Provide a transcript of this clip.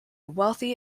wealthy